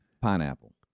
pineapple